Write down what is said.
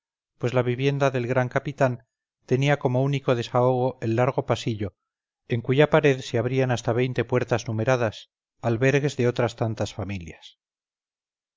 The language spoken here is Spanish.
pues la vivienda del gran capitán tenía como único desahogo el largo pasillo en cuya pared se abrían hasta veinte puertas numeradas albergues de otras tantas familias